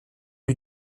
lui